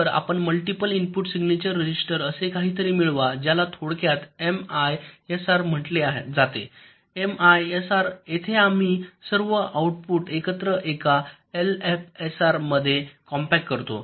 तर आपण multiple input signature register असे काहीतरी मिळवा ज्याला थोडक्यात एमआयएसआर म्हटले जाते एमआयएसआर येथे आम्ही सर्व आउटपुट एकत्र एक एलएफएसआर मध्ये कॉम्पॅक्ट करतो